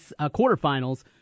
quarterfinals